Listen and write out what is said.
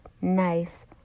nice